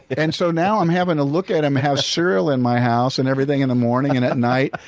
and so now i'm having to look at him have cereal in my house and everything in the morning and at night.